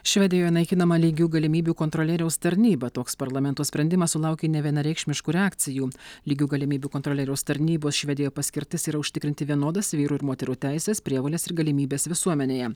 švedijoje naikinama lygių galimybių kontrolieriaus tarnyba toks parlamento sprendimas sulaukė nevienareikšmiškų reakcijų lygių galimybių kontrolieriaus tarnybos švedijoj paskirtis yra užtikrinti vienodas vyrų ir moterų teises prievoles ir galimybes visuomenėje